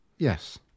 Yes